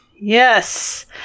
Yes